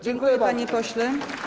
Dziękuję, panie pośle.